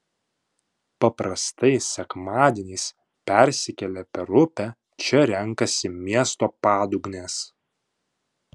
paprastai sekmadieniais persikėlę per upę čia renkasi miesto padugnės